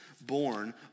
born